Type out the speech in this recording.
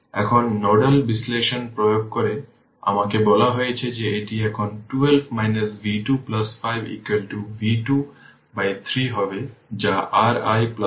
এখন নোডাল বিশ্লেষণ প্রয়োগ করে আমাকে বলা হয়েছে যে এটি এখন 12 v 2 5 v 2 by 3 হবে যা r i 4 এ r iSC